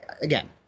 again